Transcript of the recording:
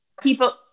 People